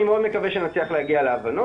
אני מאוד מקווה שנצליח להגיע להבנות.